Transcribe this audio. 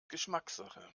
geschmackssache